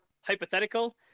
hypothetical